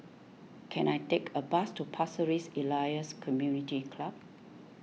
can I take a bus to Pasir Ris Elias Community Club